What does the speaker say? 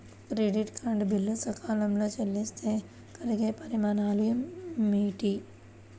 Credit card bill సకాలంలో చెల్లిస్తే కలిగే పరిణామాలేమిటి?